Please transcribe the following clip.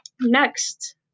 Next